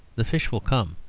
the fish will come,